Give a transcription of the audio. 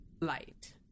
light